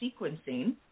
sequencing